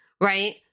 right